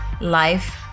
life